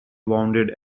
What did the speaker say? wounded